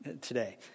today